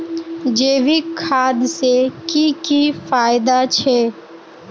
जैविक खाद से की की फायदा छे?